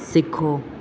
ਸਿੱਖੋ